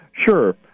Sure